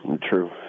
True